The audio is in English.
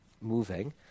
moving